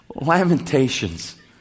Lamentations